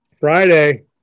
Friday